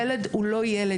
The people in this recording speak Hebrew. ילד הוא לא ילד,